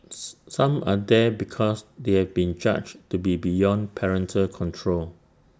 some are there because they have been judged to be beyond parental control